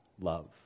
love